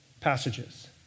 passages